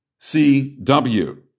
CW